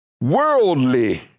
worldly